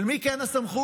של מי כן הסמכות?